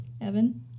Evan